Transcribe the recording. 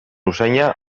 usaina